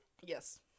yes